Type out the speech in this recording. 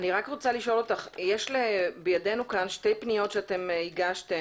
יש בידינו שתי פניות שהגשתם